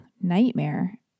Nightmare